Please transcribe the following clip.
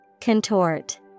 Contort